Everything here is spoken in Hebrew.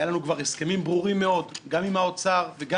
היו לנו כבר הסכמים ברורים מאוד גם עם האוצר וגם